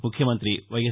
ముఖ్యమంతి వైఎస్